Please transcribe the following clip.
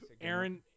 Aaron